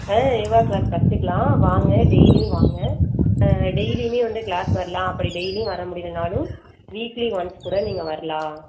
ஆ yoga class கற்றுக்குலாம் வாங்க டெய்லியும் வாங்க டெய்லியுமே வந்து க்ளாஸ் வரலாம் அப்படி டெய்லியும் வரமுடியலன்னாலும் வீக்லி ஒன்ஸ்க்கூட நீங்கள் வரலாம்